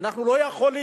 אנחנו לא יכולים.